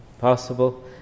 possible